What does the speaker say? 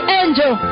angel